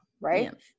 right